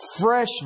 fresh